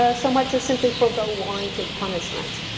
ah so much as simply forego warranted punishment.